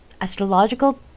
astrological